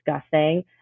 discussing